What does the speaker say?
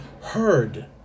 heard